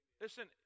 Listen